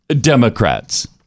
Democrats